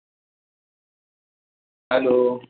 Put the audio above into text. hello